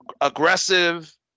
aggressive